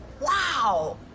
Wow